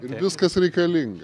ir viskas reikalinga